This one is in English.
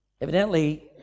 Evidently